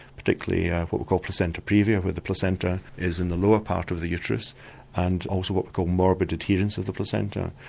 particularly what we call placenta praevia where the placenta is in the lower part of the uterus and also what we call morbid adherence of the placenta,